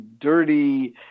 dirty